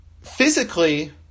Physically